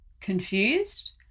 Confused